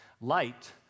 light